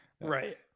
right